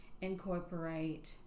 incorporate